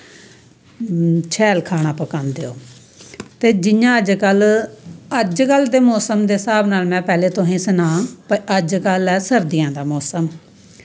शैल खाना पकांंदे ओ ते जियां अजकल अजकल दे मौसम दे हिसाब नाल पैह्लैं तुसें ई सनांऽ भाई अज कल ऐ सर्दियें दा मौसम